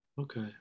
okay